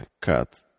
cut